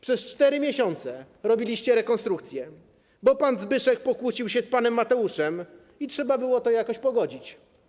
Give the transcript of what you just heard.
Przez 4 miesiące robiliście rekonstrukcję, bo pan Zbyszek pokłócił się z panem Mateuszem i trzeba było jakoś to pogodzić.